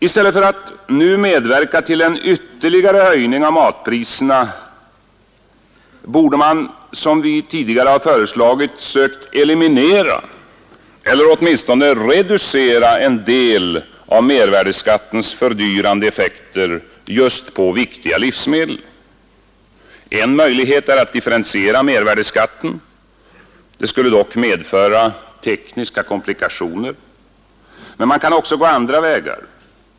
I stället för att nu medverka till en ytterligare höjning av matpriserna borde man, som vi tidigare har föreslagit, ha försökt eliminera eller åtminstone reducera en del av mervärdeskattens fördyrande effekter just på viktiga livsmedel. En möjlighet är att differentiera mervärdeskatten. Det skulle dock medföra tekniska komplikationer. Men man kan också gå andra vägar.